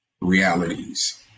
realities